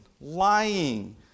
lying